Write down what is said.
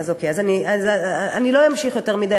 אז אוקיי, לא אמשיך יותר מדי.